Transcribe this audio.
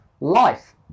life